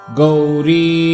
Gauri